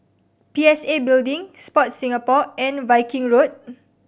P S A Building Sport Singapore and Viking Road